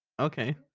Okay